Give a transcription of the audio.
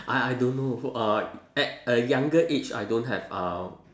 I I don't know uh at a younger age I don't have uh